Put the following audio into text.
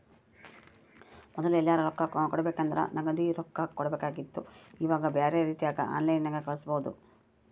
ಮೊದ್ಲು ಎಲ್ಯರಾ ರೊಕ್ಕ ಕೊಡಬೇಕಂದ್ರ ನಗದಿ ರೊಕ್ಕ ಕೊಡಬೇಕಿತ್ತು ಈವಾಗ ಬ್ಯೆರೆ ರೀತಿಗ ಆನ್ಲೈನ್ಯಾಗ ಕಳಿಸ್ಪೊದು